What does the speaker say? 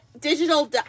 digital